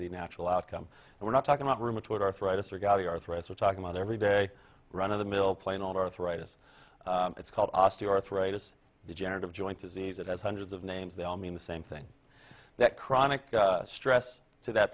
the natural outcome and we're not talking about rheumatoid arthritis or gautier threats we're talking about everyday run of the mill plain on arthritis it's called osteoarthritis degenerative joint disease it has hundreds of names they all mean the same thing that chronic stress to that